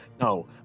no